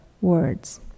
words